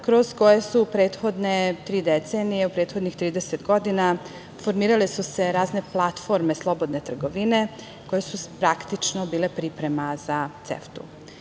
kroz koje su prethodne tri decenije… U prethodnih 30 godina formirale su se razne platforme slobodne trgovine, koje su praktično bile priprema za